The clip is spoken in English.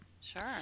Sure